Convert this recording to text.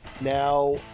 Now